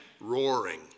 roaring